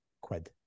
quid